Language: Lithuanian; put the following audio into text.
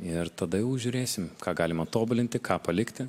ir tada jau žiūrėsim ką galima tobulinti ką palikti